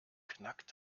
knackt